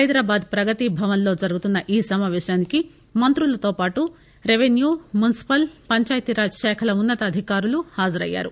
హైదరాబాద్ ప్రగతి భవన్ లో జరుగుతున్న ఈ సమాపేశానికి మంత్రులతో పాటూ రెవెన్యూ మున్పిపల్ పంచాయతీ రాజ్ శాఖల ఉన్న తాధికారులు హాజరయ్యారు